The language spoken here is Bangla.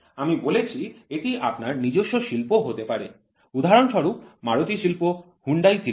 আমি বলেছি এটি আপনার নিজস্ব শিল্প হতে পারে উদাহরণস্বরূপ মারুতি শিল্প হুন্ডাই শিল্প